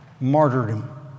martyrdom